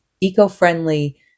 eco-friendly